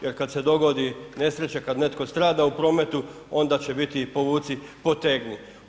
Jer kada se dogodi nesreća kada netko strada u prometu onda će biti povuci potegni.